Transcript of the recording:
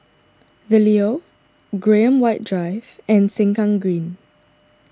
the Leo Graham White Drive and Sengkang Green